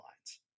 lines